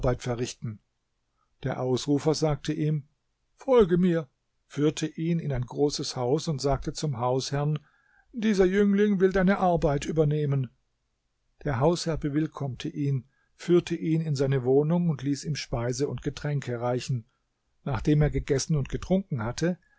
verrichten der ausrufer sagte ihm folge mir führte ihn in ein großes haus und sagte zum hausherrn dieser jüngling will deine arbeit übernehmen der hausherr bewillkommte ihn führte ihn in seine wohnung und ließ ihm speise und getränke reichen nachdem er gegessen und getrunken hatte